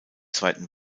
zweiten